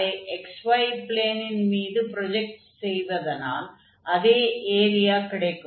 அதை xy ப்ளேனின் மீது ப்ரொஜக்ட் செய்வதனால் அதே ஏரியா கிடைக்கும்